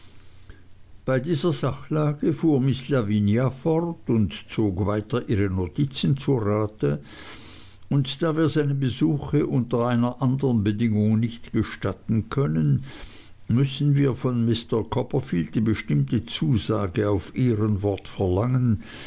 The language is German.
bei dieser sachlage fuhr miß lavinia fort und zog wieder ihre notizen zu rate und da wir seine besuche unter einer andern bedingung nicht gestatten können müssen wir von mr copperfield die bestimmte zusage auf ehrenwort verlangen